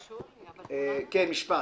בבקשה, משפט.